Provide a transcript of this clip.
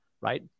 right